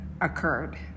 occurred